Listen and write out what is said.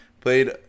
Played